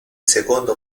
secondo